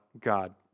God